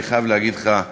אני חייב להגיד לך,